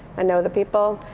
i know the people.